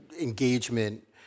engagement